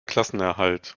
klassenerhalt